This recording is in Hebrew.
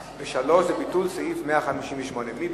שאילתות וביטול סעיפים 161 168 בתקנון הכנסת נתקבלה.